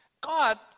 God